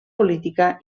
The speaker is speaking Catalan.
política